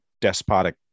despotic